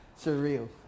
surreal